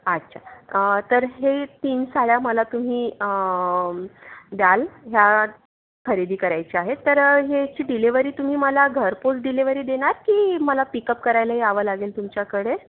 अच्छा तर हे तर तीन साड्या मला तुम्ही द्याल ह्या खरेदी करायच्या आहेत तर ह्याची डिलिवरी तुम्ही मला घरपोच डिलिवरी देणार की मला पिकअप करायला यावं लागेल तुमच्याकडे